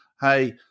hey